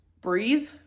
Breathe